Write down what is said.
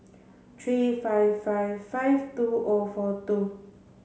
three five five five two O four two